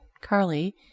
Carly